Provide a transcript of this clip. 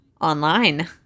online